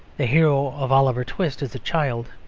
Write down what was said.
the hero of oliver twist is a child.